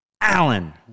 Allen